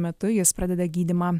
metu jis pradeda gydymą